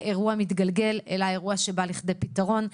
אירוע מתגלגל אלא אירוע שבא לכדי פתרון.